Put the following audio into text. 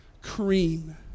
cream